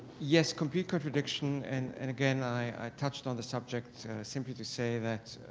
yes, complete contradiction. and and again i touched on the subject simply to say that